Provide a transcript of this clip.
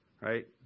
right